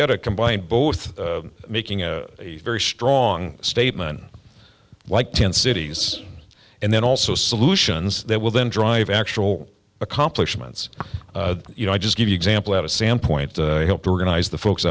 get a combine both making a very strong statement like tent cities and then also solutions that will then drive actual accomplishments you know i just give you example at a sandpoint helped organize the folks